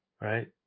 Right